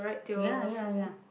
ya ya ya